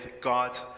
God